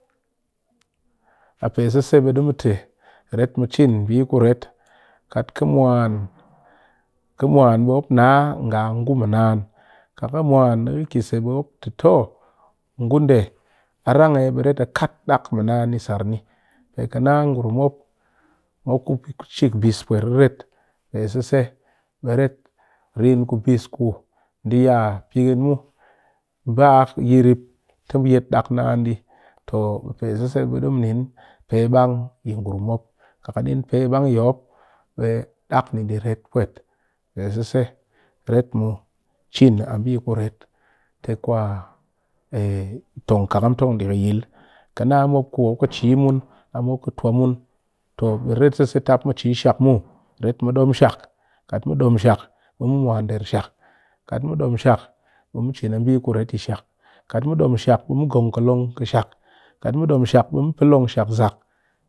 A pe sese be ɗi mu te ret mu cin bi kuret kat ki mwan bi mop ti nga a ngu mɨ naan kat ki mwan di ki se be mop ti to ngu nde a ran aa be ret a kat dak mɨ naan ni sar ni pe ki naa ngurum mop ku shikbis pwet reret pe sese ret rin kubis ku nde ya pɨkin mu yerep ti yet dak naan di to be pe sese bi ka nin pebang yi ngurum mop kat ka nin pebang yi be ret cin a bi kuret te kwa tong khakam tong di kɨ yil kɨ naa mop ki mop ki chi mun a mop ki tuwa mun to be ret sese tap mu chi shak muw kat dom shak be mu gong ki long kɨshak zak.